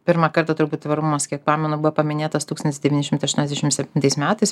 pirmą kartą turbūt tvarumas kiek pamenu buvo paminėtas tūkstantis devyni šimtai aštuoniasdešim septintais metais